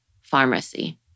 pharmacy